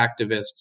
activists